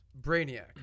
Brainiac